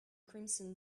crimson